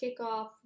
kickoff